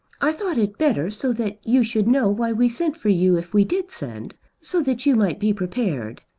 i thought it better, so that you should know why we sent for you if we did send so that you might be prepared.